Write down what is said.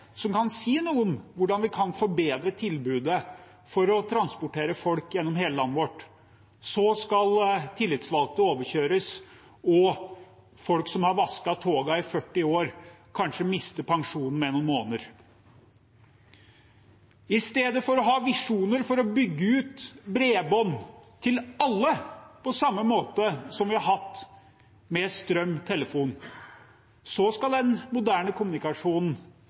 som kan si noe om hvordan vi kan forbedre tilbudet for å transportere folk gjennom hele landet vårt, skal tillitsvalgte overkjøres, og folk som har vasket togene i 40 år, skal kanskje miste pensjonen med noen måneder. I stedet for å ha visjoner for å bygge ut bredbånd til alle, på samme måte som vi har hatt det for strøm og telefon, skal den moderne kommunikasjonen